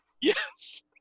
Yes